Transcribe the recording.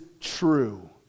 true